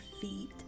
feet